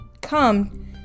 come